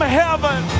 heaven